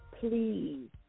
please